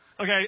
Okay